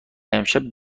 امشب